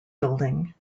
building